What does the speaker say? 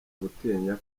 gutinya